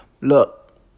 look